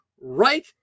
right